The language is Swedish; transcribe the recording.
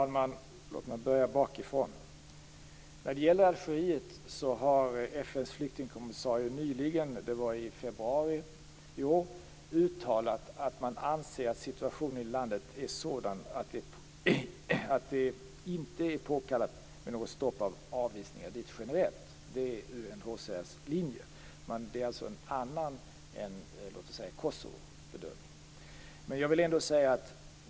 Herr talman! Jag börjar bakifrån. När det gäller Algeriet har FN:s flyktingkommissarie nyligen, i februari i år, uttalat att man anser att situationen i landet är sådan att det inte är påkallat med något stopp av avvisningar dit generellt. Detta är UNHCR:s linje. Det är alltså en annan än t.ex. Kosovobedömningen.